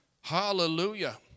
Hallelujah